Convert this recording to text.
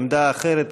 עמדה אחרת,